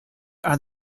are